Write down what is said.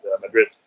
Madrid